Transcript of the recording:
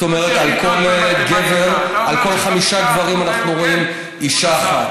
אתה אומר ש-5% זאת אומרת שעל כל חמישה גברים אנחנו רואים אישה אחת.